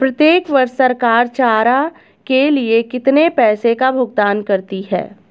प्रत्येक वर्ष सरकार चारा के लिए कितने पैसों का भुगतान करती है?